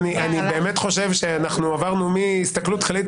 אני באמת חושב שעברנו מהסתכלות כללית